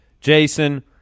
Jason